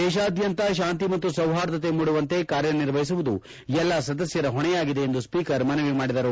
ದೇಶಾದ್ಯಂತ ಶಾಂತಿ ಮತ್ತು ಸೌಹಾರ್ದತೆ ಮೂಡುವಂತೆ ಕಾರ್ಯ ನಿರ್ವಹಿಸುವುದು ಎಲ್ಲ ಸದಸ್ನರ ಹೊಣೆಯಾಗಿದೆ ಎಂದು ಸ್ವೀಕರ್ ಮನವಿ ಮಾಡಿದರು